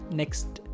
next